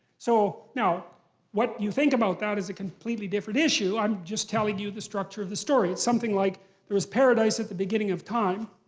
so now, what you think about that is a completely different issue. i'm just telling you the structure of the story. it's something like there was paradise at the beginning of time,